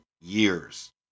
years